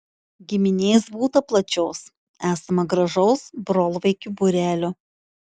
giminės būta plačios esama gražaus brolvaikių būrelio